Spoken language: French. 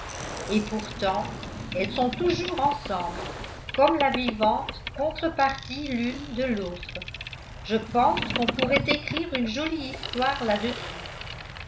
et pourtant elles sont toujours ensemble comme la vivante contre-partie l'une de l'autre je pense qu'on pourrait écrire une jolie histoire là-dessus